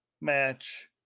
match